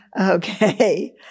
Okay